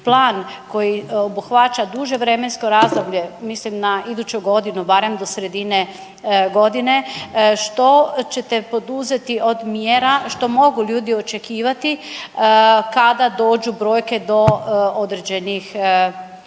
plan koji obuhvaća duže vremensko razdoblje, mislim na iduću godinu, barem do sredine godine, što ćete poduzeti od mjera, što mogu ljudi očekivati kada dođu brojke do određenih,